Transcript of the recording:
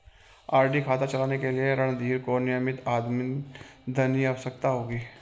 RD खाता चलाने के लिए रणधीर को नियमित आमदनी की आवश्यकता होगी